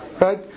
right